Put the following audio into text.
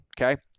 Okay